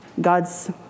God's